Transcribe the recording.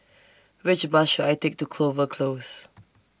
Which Bus should I Take to Clover Close